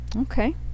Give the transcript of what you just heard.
Okay